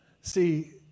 See